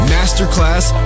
Masterclass